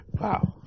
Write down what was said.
Wow